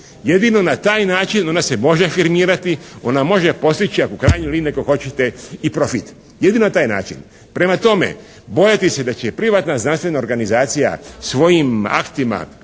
Jedino na taj način ona se može afirmirati, ona može postići u krajnjoj liniji ako hoćete i profit, jedino na taj način. Prema tome, bojati se da će privatna znanstvena organizacija svojim aktima